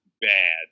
bad